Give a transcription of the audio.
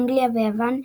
אנגליה ויוון,